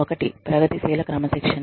ఒకటి ప్రగతిశీల క్రమశిక్షణ